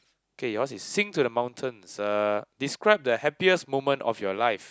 okay yours is sing to the mountains uh describe the happiest moment of your life